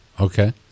Okay